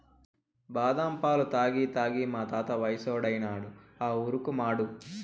బాదం పాలు తాగి తాగి మా తాత వయసోడైనాడు ఆ ఊరుకుమాడు